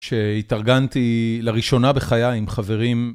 כשהתארגנתי לראשונה בחיי עם חברים.